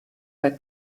bei